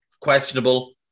questionable